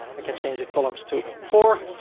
i can change the columns to four,